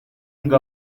ngo